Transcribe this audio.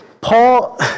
Paul